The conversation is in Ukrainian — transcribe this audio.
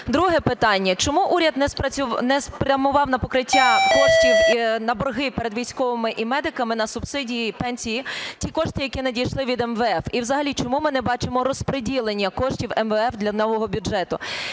Друге питання. Чому уряд не спрямував на покриття, кошти на борги перед військовими і медиками, на субсидії і пенсії ті кошти, які надійшли від МВФ? І взагалі, чому ми не бачимо розподілення коштів МВФ для нового бюджету?